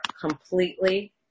completely